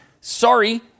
Sorry